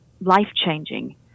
life-changing